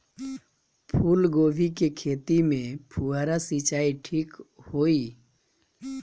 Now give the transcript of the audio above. फूल गोभी के खेती में फुहारा सिंचाई ठीक होई?